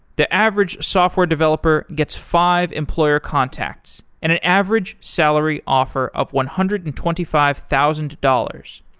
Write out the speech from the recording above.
the average software developer gets five employer contacts and an average salary offer of one hundred and twenty five thousand dollars.